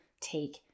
take